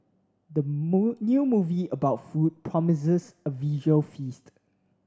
the new movie about food promises a visual feast